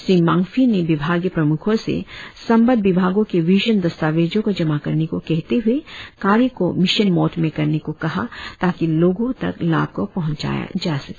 श्री मांगफी ने विभागीय प्रमुखों से संबंद्व विभागों के विजन दस्तावेजो को जमा करने को कहते हुए कार्य को मिशन मोड़ में करने को कहा ताकि लोगों तक लाभ को पहुंचाया जा सके